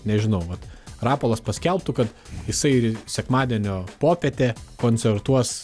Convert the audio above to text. nežinau vat rapolas paskelbtų kad jisai sekmadienio popietę koncertuos